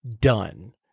done